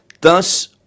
thus